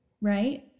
right